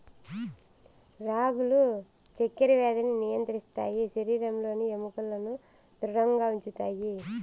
రాగులు చక్కర వ్యాధిని నియంత్రిస్తాయి శరీరంలోని ఎముకలను ధృడంగా ఉంచుతాయి